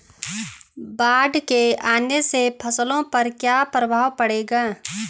बाढ़ के आने से फसलों पर क्या प्रभाव पड़ेगा?